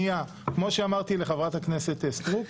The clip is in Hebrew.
כמו שאמרתי לחברת הכנסת סטרוק,